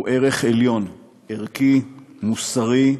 הוא ערך עליון, ערכי, מוסרי.